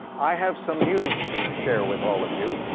i have some news to share with all of you.